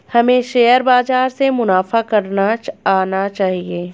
हमें शेयर बाजार से मुनाफा करना आना चाहिए